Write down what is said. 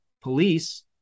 Police